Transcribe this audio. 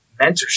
Mentorship